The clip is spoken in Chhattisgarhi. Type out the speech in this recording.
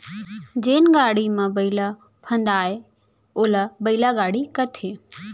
जेन गाड़ी म बइला फंदाये ओला बइला गाड़ी कथें